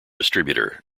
distributor